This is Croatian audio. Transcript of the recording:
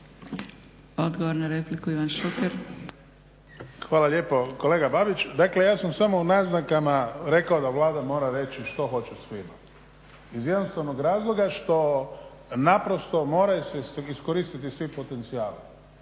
Odgovor na repliku Ivan Šuker. **Šuker, Ivan (HDZ)** Hvala lijepo. Kolega Babić, dakle ja sam samo u naznakama rekao da Vlada mora reći što hoće svima iz jednostavnog razloga što naprosto moraju se iskoristiti svi potencijali